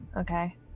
okay